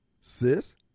sis